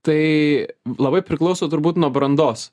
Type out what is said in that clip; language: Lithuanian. tai labai priklauso turbūt nuo brandos